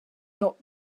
not